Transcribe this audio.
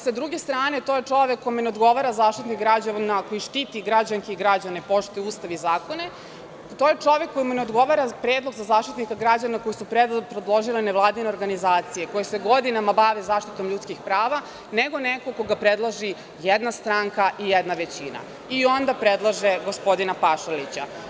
Sa druge strane, to je čovek kome ne odgovara Zaštitnik građana koji štiti građanke i građane, poštuje Ustav i zakone, to je čovek kome ne odgovara predlog za Zaštitnika građana koji su predložile nevladine organizacije koje se godinama bave zaštitom ljudskih prava, nego neko koga predloži jedna stranka i jedna većina – i onda predlaže gospodina Pašalića.